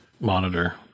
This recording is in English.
monitor